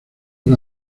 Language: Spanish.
por